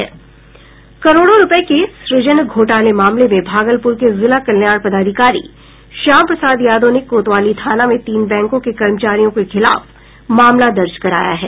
करोड़ों रूपये के सुजन घोटाले मामले में भागलपुर के जिला कल्याण पदाधिकारी श्याम प्रसाद यादव ने कोतवाली थाना में तीन बैंकों के कर्मचारियों के खिलाफ मामला दर्ज कराया है